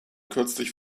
kürzlich